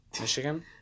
Michigan